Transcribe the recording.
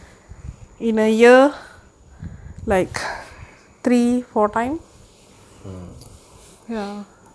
mm